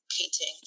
painting